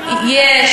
וזהו.